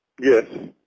Yes